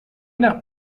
nach